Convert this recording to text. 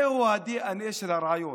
זהו הדנ"א של הרעיון.